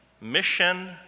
mission